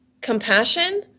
compassion